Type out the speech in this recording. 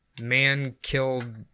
man-killed